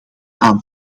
aan